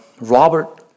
Robert